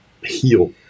heal